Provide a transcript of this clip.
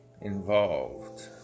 involved